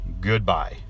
Goodbye